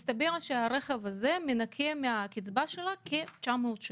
מסתבר שהרכב הזה מנכה מהקצבה שלה כ-900 שקלים.